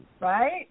right